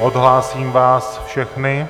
Odhlásím vás všechny.